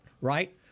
right